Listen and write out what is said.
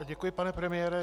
Děkuji, pane premiére.